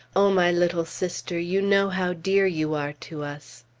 o my little sister! you know how dear you are to us!